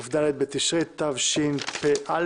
כ"ד בתשרי התשפ"א,